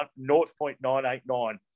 0.989